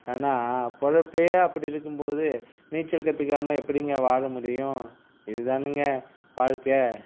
ஏன்னா பிழப்பே அப்படி இருக்கும் போது நீச்சல் கத்துக்காமல் எப்படிங்க வாழ முடியும் இதுதானுங்க வாழ்க்கை